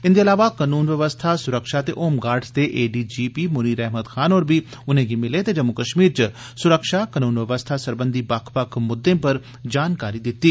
इंदे इलावा कनून बवस्था सुरक्षा ते होम गार्डज़ दे एडीजीपी मुनीर अहमद खान होर बी उनेंगी मिले ते जम्मू कष्मीर च सुरक्षा कनून बवस्था सरबंधी बक्ख बक्ख मुद्दें पर जानकारी दित्ती